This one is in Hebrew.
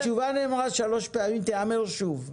התשובה נאמרה שלוש פעמים, היא תיאמר שוב.